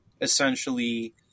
essentially